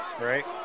Right